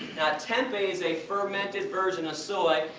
tempeh is a fermented version of soy,